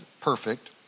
perfect